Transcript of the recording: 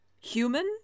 human